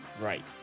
right